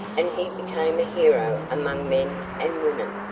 and he became a hero among men and women.